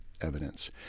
evidence